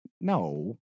No